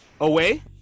away